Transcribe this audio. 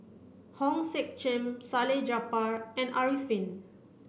Hong Sek Chern Salleh Japar and Arifin